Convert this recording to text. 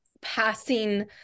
passing